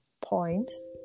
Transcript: points